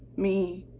me,